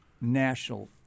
National